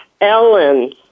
Ellen